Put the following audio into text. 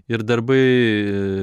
ir darbai